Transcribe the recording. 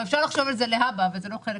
אפשר לחשוב על זה להבא, אבל זה לא חלק